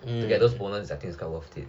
um